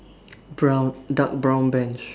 brown dark brown bench